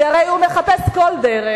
כי הרי הוא מחפש כל דרך,